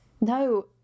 No